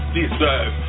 deserve